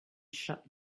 shut